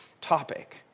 topic